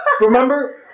Remember